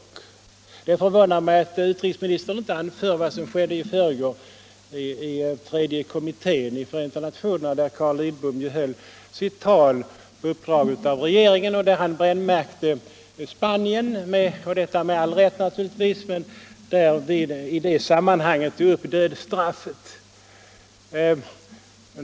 Det förvånar mig att utrikesministern inte anförde vad som skedde i förrgår, i tredje kommittén i FN, då Carl Lidbom höll sitt tal på uppdrag av regeringen och där han — med all rätt naturligtvis — brännmärkte Spanien. I det sammanhanget tog han upp frågan om dödsstraffet.